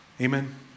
Amen